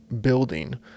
building